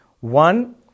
one